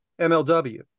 mlw